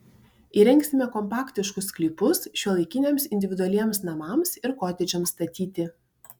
įrengsime kompaktiškus sklypus šiuolaikiniams individualiems namams ir kotedžams statyti